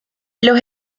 los